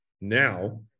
now